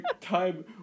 time